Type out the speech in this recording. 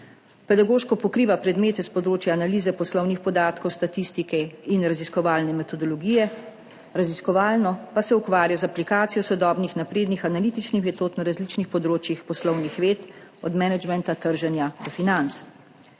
Pedagoško pokriva predmete s področja analize poslovnih podatkov, statistike in raziskovalne metodologije, raziskovalno pa se ukvarja z aplikacijo sodobnih naprednih analitičnih metod na različnih področjih poslovnih ved, od menedžmenta, trženja do financ.